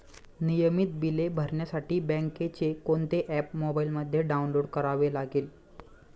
नियमित बिले भरण्यासाठी बँकेचे कोणते ऍप मोबाइलमध्ये डाऊनलोड करावे लागेल?